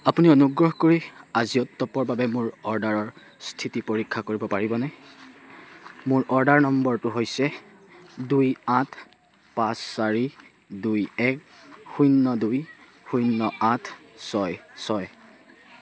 আপুনি অনুগ্ৰহ কৰি আজিঅ'ত টপৰ বাবে মোৰ অৰ্ডাৰৰ স্থিতি পৰীক্ষা কৰিব পাৰিবনে মোৰ অৰ্ডাৰ নম্বৰটো হৈছে দুই আঠ পাঁচ চাৰি দুই এক শূন্য দুই শূন্য আঠ ছয় ছয়